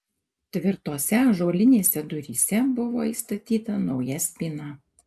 tvirtose ąžuolinėse duryse buvo įstatyta nauja spyna